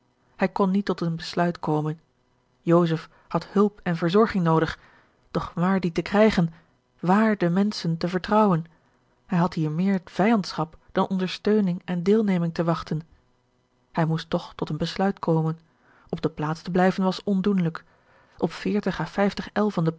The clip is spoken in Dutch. hij kon niet tot een besluit komen joseph had hulp en verzorging noodig doch waar die te krijgen waar de menschen te vertrouwen hij had hier meer vijandschap dan ondersteuning en deelneming te wachten hij moest toch tot een besluit komen op de plaats te blijven was ondoenlijk op veertig à vijftig el van de